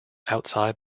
outside